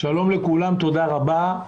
שלום לכולם, תודה רבה.